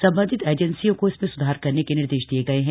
संबंधित एजेंसियों को इसमें सुधार करने के निर्देश दिए गए हैं